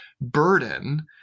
burden